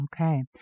Okay